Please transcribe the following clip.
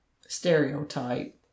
stereotype